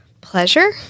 pleasure